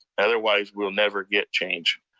otherwise, we'll never get change.